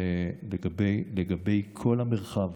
לגבי כל המרחב,